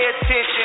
attention